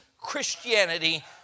Christianity